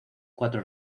cuatro